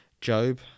Job